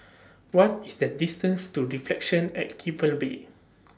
What IS The distance to Reflections At Keppel Bay